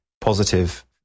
positive